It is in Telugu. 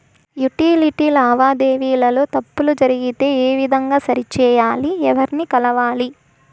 యుటిలిటీ లావాదేవీల లో తప్పులు జరిగితే ఏ విధంగా సరిచెయ్యాలి? ఎవర్ని కలవాలి?